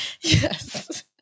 Yes